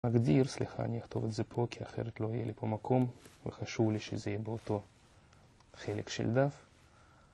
מגדיר, סליחה אני אכתוב את זה פה כי אחרת לא יהיה לי פה מקום וחשוב לי שזה יהיה באותו חלק של דף